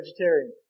vegetarian